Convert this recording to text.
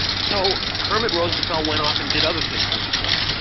so kermit roosevelt went off and did other things with his money.